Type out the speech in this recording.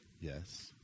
Yes